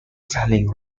selling